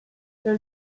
there